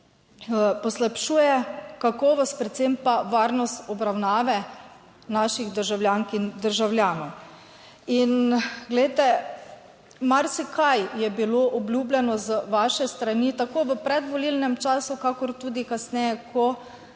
poslabšuje kakovost, predvsem pa varnost obravnave naših državljank in državljanov. In glejte, marsikaj je bilo obljubljeno z vaše strani tako v predvolilnem času kakor tudi kasneje, ko